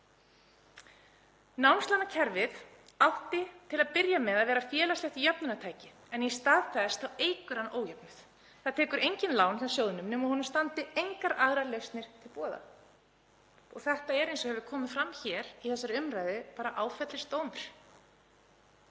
Námslánakerfið átti til að byrja með að vera félagslegt jöfnunartæki en í stað þess eykur það ójöfnuð. Það tekur enginn lán hjá sjóðnum nema honum standi engar aðrar lausnir til boða. Þetta er, eins og hefur komið fram í þessari umræðu, áfellisdómur.